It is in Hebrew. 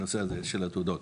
הנושא הזה של התעודות.